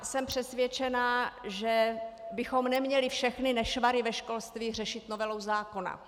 Jsem přesvědčena, že bychom neměli všechny nešvary ve školství řešit novelou zákona.